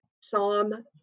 Psalm